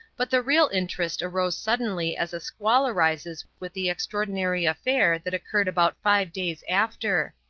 but the real interest arose suddenly as a squall arises with the extraordinary affair that occurred about five days after.